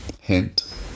hint